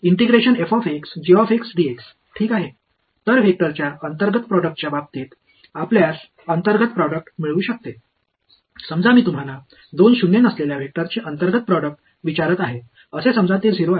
மாணவர் ஒரு சரிதானே எனவே வெக்டர் களின் இன்னா் ப்ரோடக்ட் விஷயத்தில் நீங்கள் இன்னா் ப்ரோடக்டை கொண்டிருக்கலாம் பூஜ்ஜியமற்ற இரண்டு வெக்டர் களின் இன்னா் ப்ரோடக்டை நான் உங்களிடம் கேட்கிறேன் அது 0 என்று வைத்துக் கொள்ளுங்கள்